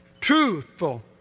Truthful